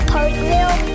Parkville